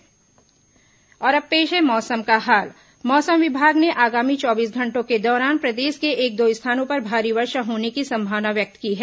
मौसम और अब पेश है मौसम का हाल मौसम विभाग ने आगामी चौबीस घंटों के दौरान प्रदेश के एक दो स्थानों पर भारी वर्षा होने की संभावना व्यक्त की है